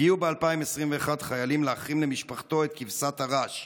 הגיעו ב-2021 חיילים להחרים למשפחתו את כבשת הרש,